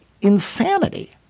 insanity